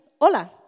hola